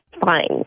fine